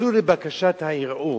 אפילו לבקשת הערעור.